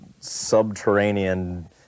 subterranean